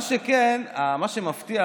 מה שמפתיע,